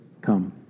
come